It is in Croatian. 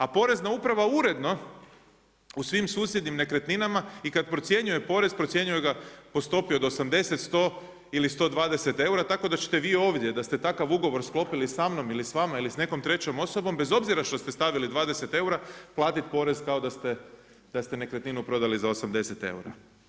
A porezna uprava uredno u svim susjednim nekretninama i kad procjenjuje porez, procjenjuje ga po stopi od 80, 100 ili 120 eura tako da ćete vi ovdje da ste takav ugovor sklopili sa mnom ili s vama ili s nekom trećom osobom bez obzira što ste stavili 20 eura, platiti porez kao da ste nekretninu prodali za 80 eura.